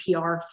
PR